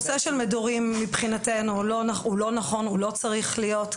הנושא של מדורים מבחינתנו לא נכון והוא לא צריך להיות.